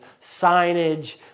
signage